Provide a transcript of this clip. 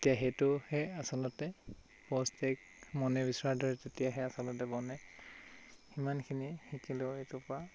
তেতিয়া সেইটোহে আচলতে প'চ্ছ্ড এগ মনে বিচৰাৰ দৰে তেতিয়াহে আচলতে বনে সিমানখিনিয়ে শিকিলোঁ এইটোৰ পৰা